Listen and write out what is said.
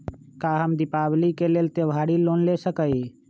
का हम दीपावली के लेल त्योहारी लोन ले सकई?